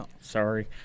sorry